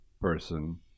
person